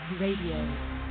Radio